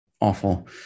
awful